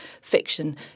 fiction